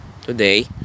Today